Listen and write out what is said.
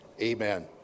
amen